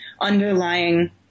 underlying